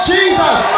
Jesus